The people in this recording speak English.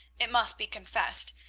it must be confessed,